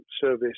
service